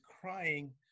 crying